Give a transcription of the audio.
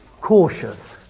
cautious